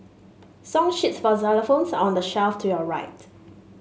song sheets for xylophones are on the shelf to your right